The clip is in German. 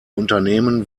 unternehmen